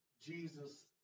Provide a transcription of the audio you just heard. Jesus